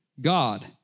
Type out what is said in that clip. God